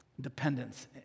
dependence